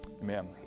Amen